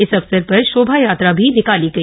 इस अवसर पर शोभायात्रा भी निकाली गई